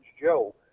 Joe